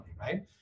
right